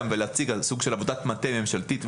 סוג של עבודת מטה ממשלתית,